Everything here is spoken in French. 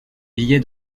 billet